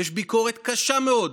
יש ביקורת קשה מאוד